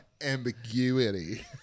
Ambiguity